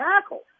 tackle